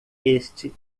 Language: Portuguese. este